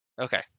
Okay